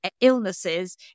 illnesses